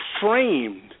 framed